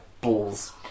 balls